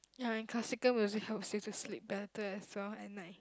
ya in classical music helps you to sleep better as well at night